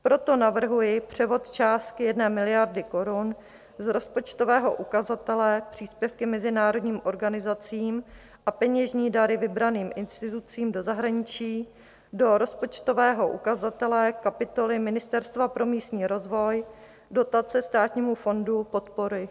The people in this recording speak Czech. Proto navrhuji převod částky 1 miliardy korun z rozpočtového ukazatele Příspěvky mezinárodním organizacím a peněžní dary vybraným institucím do zahraničí do rozpočtového ukazatele kapitoly Ministerstva pro místní rozvoj Dotace Státnímu fondu podpory investic.